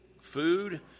food